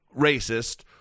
racist